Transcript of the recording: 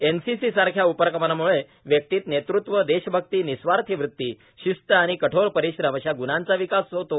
NCC सारख्या उपक्रमामुळे व्यक्तीत नेतृत्व देशभक्ती निस्वार्थीवृती शिस्त आणि कठोर परिश्रम अशा ग्णांचा विकास होतो